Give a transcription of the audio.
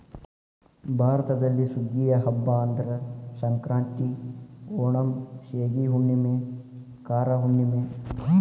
ಭಾರತದಲ್ಲಿ ಸುಗ್ಗಿಯ ಹಬ್ಬಾ ಅಂದ್ರ ಸಂಕ್ರಾಂತಿ, ಓಣಂ, ಸೇಗಿ ಹುಣ್ಣುಮೆ, ಕಾರ ಹುಣ್ಣುಮೆ